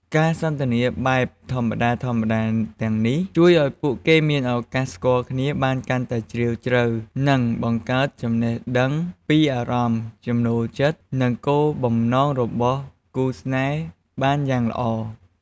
ការសន្ទនាបែបធម្មតាៗទាំងនេះ ជួយឲ្យពួកគេមានឱកាសស្គាល់គ្នាបានកាន់តែជ្រាលជ្រៅ និងបង្កើតចំណេះដឹងពីអារម្មណ៍ ចំណូលចិត្ត និងគោលបំណងរបស់គូស្នេហ៍បានយ៉ាងល្អ។